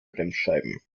bremsscheiben